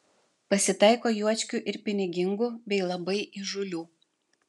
pasitaiko juočkių ir pinigingų bei labai įžūlių